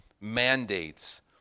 mandates